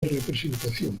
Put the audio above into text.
representación